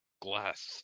glass